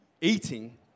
eating